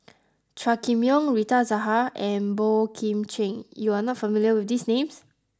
Chua Kim Yeow Rita Zahara and Boey Kim Cheng you are not familiar with these names